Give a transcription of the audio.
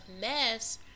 mess